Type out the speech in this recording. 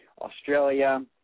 Australia